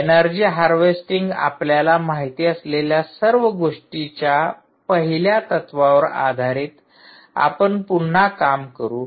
energy harvesting आपल्याला माहिती असलेल्या सर्व गोष्टींच्या पहिल्या तत्त्वांवर आधारित आपण पुन्हा काम करू